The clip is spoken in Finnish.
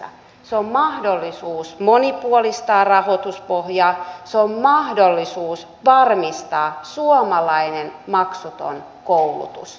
se on mahdollisuus monipuolistaa rahoituspohjaa se on mahdollisuus varmistaa suomalainen maksuton koulutus